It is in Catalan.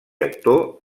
actor